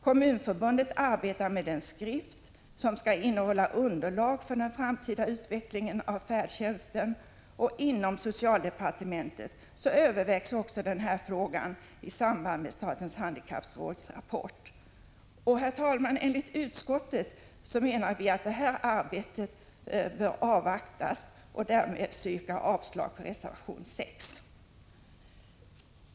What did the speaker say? Kommunförbundet arbetar med en skrift som skall innehålla underlag för den framtida utvecklingen av färdtjänsten, och inom socialdepartementet övervägs också denna fråga i samband med statens handikappråds rapport. Herr talman! Enligt utskottet bör detta arbete avvaktas. Därmed yrkar jag avslag på reservation 6.